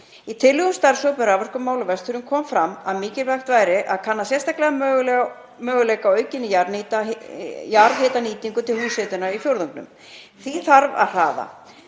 Í tillögum starfshóps um raforkumál á Vestfjörðum kom fram að mikilvægt væri að kanna sérstaklega möguleika á aukinni jarðhitanýtingu til húshitunar í fjórðungnum. Því þarf að hraða.